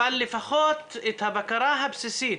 אבל לפחות את הבקרה הבסיסית,